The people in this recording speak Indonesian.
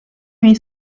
ini